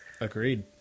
Agreed